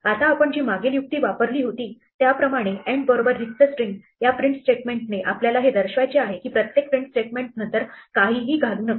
आता आपण जी मागील युक्ती वापरली होती त्याप्रमाणे end बरोबर रिक्त स्ट्रिंग या प्रिंट स्टेटमेंट ने आपल्याला हे दर्शवायचे आहे की प्रत्येक प्रिंट स्टेटमेंट नंतर काहीही घालू नका